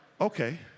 Okay